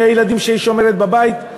מהילדים שהיא שומרת עליהם בבית?